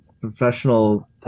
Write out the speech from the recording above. professional